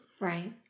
Right